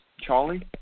Charlie